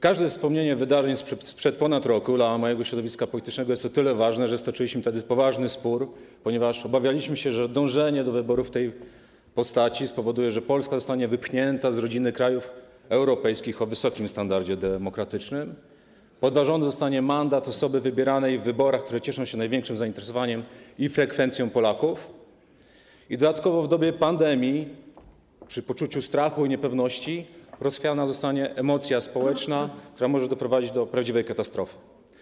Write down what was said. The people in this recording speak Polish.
Każde wspomnienie wydarzeń sprzed ponad roku dla mojego środowiska politycznego jest o tyle ważne, że stoczyliśmy wtedy poważny spór, ponieważ obawialiśmy się, że dążenie do wyborów w tej postaci spowoduje, że Polska zostanie wypchnięta z rodziny krajów europejskich o wysokim standardzie demokratycznym, podważony zostanie mandat osoby wybieranej w wyborach, które cieszą się największym zainteresowaniem i frekwencją Polaków, i dodatkowo w dobie pandemii, przy poczuciu strachu i niepewności, rozchwiana zostanie emocja społeczna, która może doprowadzić do prawdziwej katastrofy.